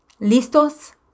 Listos